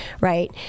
right